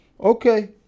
okay